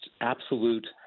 absolute